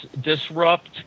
disrupt